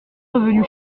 revenu